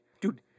Dude